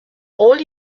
all